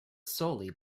solely